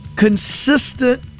consistent